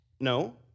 No